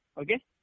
Okay